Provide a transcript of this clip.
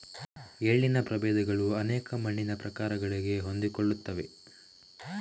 ಎಳ್ಳಿನ ಪ್ರಭೇದಗಳು ಅನೇಕ ಮಣ್ಣಿನ ಪ್ರಕಾರಗಳಿಗೆ ಹೊಂದಿಕೊಳ್ಳುತ್ತವೆ